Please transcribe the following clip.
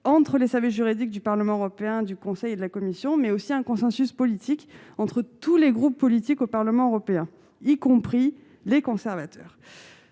entre les services juridiques du Parlement européen, du Conseil et de la Commission, mais aussi d'un consensus politique entre tous les groupes politiques du Parlement européen, y compris les conservateurs.